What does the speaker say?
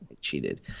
cheated